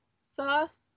sauce